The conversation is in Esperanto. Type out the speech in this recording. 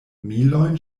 milojn